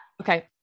okay